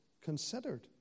considered